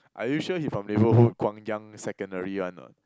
are you sure he from neighbourhood Guang-Yang-secondary one or not